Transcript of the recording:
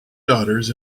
daughters